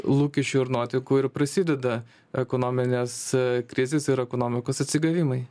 lūkesčių ir nuotaikų ir prasideda ekonominės krizės ir ekonomikos atsigavimai